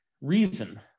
reason